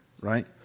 right